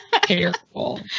Careful